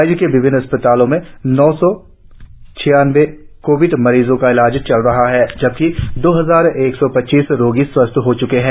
राज्य के विभिन्न अस्पतालों में नौ सौ छियानबे कोविड मरीजों का इलाज चल रहा है जबकि दो हजार एक सौ पच्चीस रोगी स्वस्थ हो च्के है